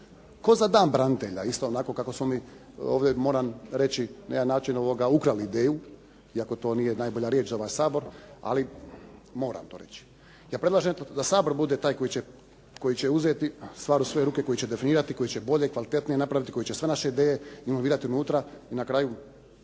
Kao za dan branitelja isto onako kako smo mi. Ovdje moram reći na jedan način ukrali ideju, iako to nije najbolja riječ za ovaj Sabor ali moram to reći. Ja predlažem da Sabor bude taj koji će uzeti stvar u svoje ruke, koji će definirati, koji će bolje, kvalitetnije napraviti, koji će sve naše ideje involvirati unutra i na kraju